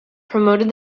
promoted